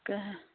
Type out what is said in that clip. তাকেহে